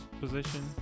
position